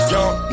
Young